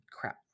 crap